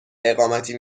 اقامتی